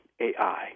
AI